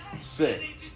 sick